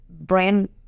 brand